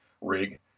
rig